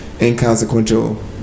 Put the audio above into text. inconsequential